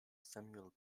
samuel